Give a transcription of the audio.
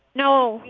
no.